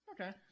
okay